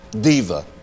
diva